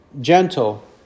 gentle